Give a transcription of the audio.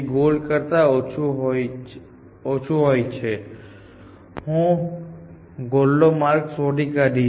goal કરતાં ઓછું દૂર છે હું ગોલ નો માર્ગ શોધી કાઢીશ